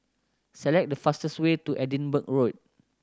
select the fastest way to Edinburgh Road